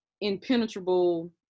impenetrable